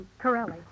Corelli